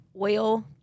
oil